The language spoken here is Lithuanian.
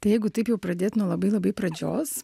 tai jeigu taip jau pradėt nuo labai labai pradžios